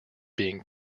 being